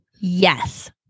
Yes